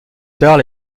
tard